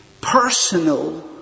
personal